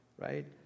right